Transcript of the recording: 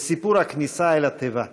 וסיפור הכניסה אל התיבה.